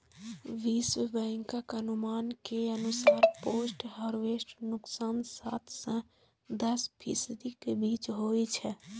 विश्व बैंकक अनुमान के अनुसार पोस्ट हार्वेस्ट नुकसान सात सं दस फीसदी के बीच होइ छै